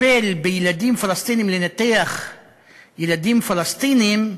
לטפל בילדים פלסטינים, לנתח ילדים פלסטינים,